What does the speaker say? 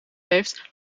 heeft